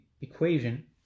equation